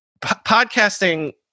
podcasting